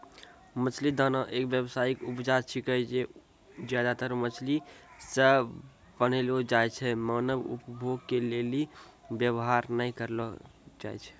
मछली दाना एक व्यावसायिक उपजा छिकै जे ज्यादातर मछली से बनलो छै जे मानव उपभोग के लेली वेवहार नै करलो जाय छै